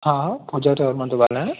हा पूजा ट्रेवल मां थो ॻाल्हायां